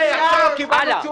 הלאה.